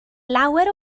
lawer